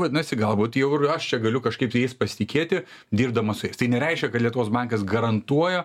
vadinasi galbūt jau ir aš čia galiu kažkaip tai jais pasitikėti dirbdamas su jais tai nereiškia kad lietuvos bankas garantuoja